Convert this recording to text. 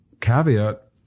caveat